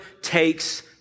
takes